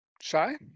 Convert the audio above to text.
Shy